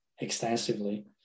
extensively